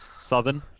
Southern